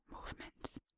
movements